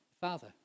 Father